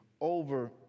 over